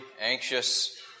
anxious